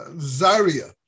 Zaria